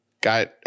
got